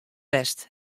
west